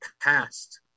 past